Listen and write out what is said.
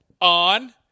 On